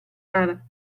nada